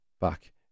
back